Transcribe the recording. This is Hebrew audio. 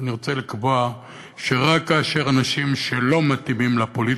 ואני רוצה לקבוע שרק כאשר אנשים שלא מתאימים לפוליטיקה,